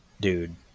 Dude